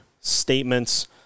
statements